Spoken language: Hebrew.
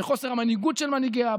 בחוסר המנהיגות של מנהיגיה,